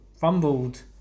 fumbled